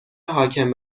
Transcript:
حاکم